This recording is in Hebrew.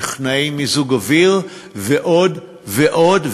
טכנאי מיזוג אוויר ועוד ועוד,